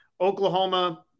Oklahoma